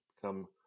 become